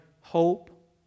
hope